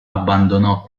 abbandonò